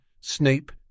Snape